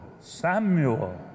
Samuel